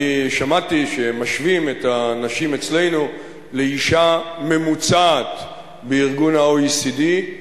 שמעתי שמשווים את הנשים אצלנו לאשה ממוצעת ב-OECD.